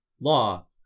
Law